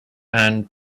and